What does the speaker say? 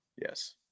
yes